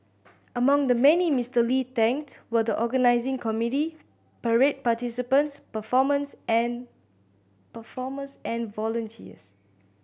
among the many Mister Lee thanked were the organising committee parade participants performers and performers and volunteers